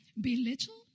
belittled